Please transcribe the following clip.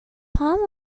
palm